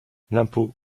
l’impôt